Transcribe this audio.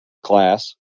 class